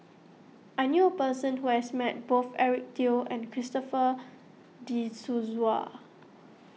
I knew a person who has met both Eric Teo and Christopher De Souza